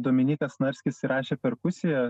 dominykas snarskis įrašė perkusiją